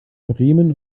bremen